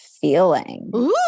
feeling